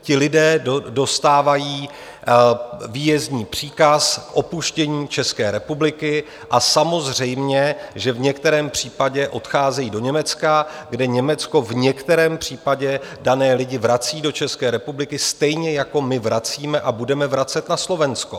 Ti lidé dostávají výjezdní příkaz k opuštění České republiky a samozřejmě že v některém případě odcházejí do Německa, kde Německo v některém případě dané lidi vrací do České republiky stejně, jako my vracíme a budeme vracet na Slovensko.